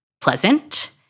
pleasant